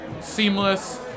seamless